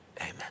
Amen